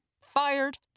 Fired